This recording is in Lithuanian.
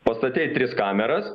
pastatei tris kameras